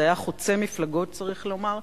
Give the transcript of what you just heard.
זה היה חוצה מפלגות, צריך לומר.